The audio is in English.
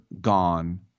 gone